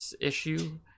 issue